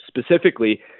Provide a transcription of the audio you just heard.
specifically